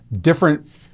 different